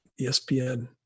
ESPN